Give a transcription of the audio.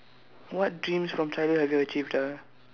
what dreams from childhood have you achieved ah